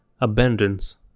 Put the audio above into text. abundance